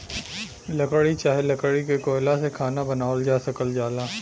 लकड़ी चाहे लकड़ी के कोयला से खाना बनावल जा सकल जाला